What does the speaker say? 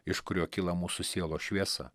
iš kurio kyla mūsų sielos šviesa